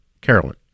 Carolyn